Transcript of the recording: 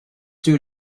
due